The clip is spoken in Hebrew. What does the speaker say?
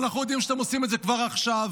ואנחנו יודעים שאתם עושים את זה כבר עכשיו,